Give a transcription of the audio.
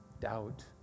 doubt